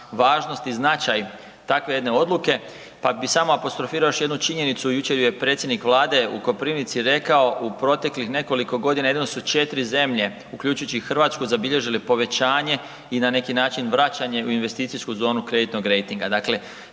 važnost i značaj takve jedne odluke, pa bih samo apostrofirao još jednu činjenicu. Jučer je predsjednik Vlade u Koprivnici rekao u proteklih nekoliko godina jedino su 4 zemlje, uključujući i Hrvatsku, zabilježili povećanje i na neki način vraćanje u investicijsku zonu kreditnog rejtiga.